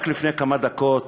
רק לפני כמה דקות